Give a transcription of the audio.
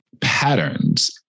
patterns